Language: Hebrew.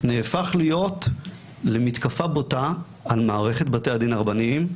נהפך להיות למתקפה בוטה על מערכת בתי הדין הרבניים,